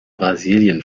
brasilien